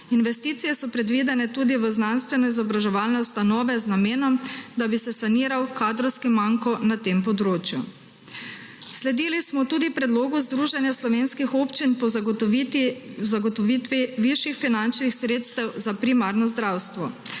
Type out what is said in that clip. Investicije so predvidene tudi v znanstveno-izobraževalne ustanove z namenom, da bi se saniral kadrovski manko na tem področju. Sledili smo tudi predlogu Združenja slovenskih občin po zagotovitvi višjih finančnih sredstev za primarno zdravstvo.